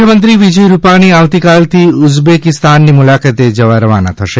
મુખ્યમંત્રી વિજય રૂપાણી આવતીકાલથી ઉઝબેકીસ્તાનની મુલાકાતે જવા રવાના થશે